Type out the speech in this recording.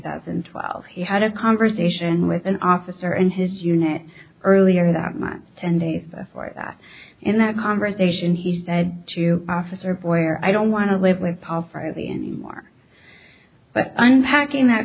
thousand and twelve he had a conversation with an officer in his unit earlier that much ten days before that in that conversation he said to officer boyer i don't want to live with pa for the anymore but unpacking that